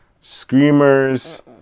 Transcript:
Screamers